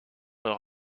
leur